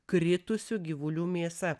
kritusių gyvulių mėsa